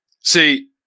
see